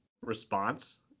response